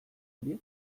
horiek